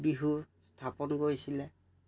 বিহু স্থাপন কৰিছিলে